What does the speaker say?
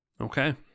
Okay